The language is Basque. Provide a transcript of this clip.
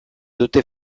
dute